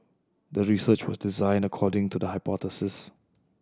the research was designed according to the hypothesis